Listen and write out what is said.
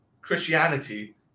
Christianity